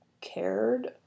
cared